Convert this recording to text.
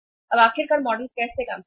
अब आखिरकार मॉडल कैसे काम करेगा